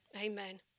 Amen